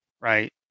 right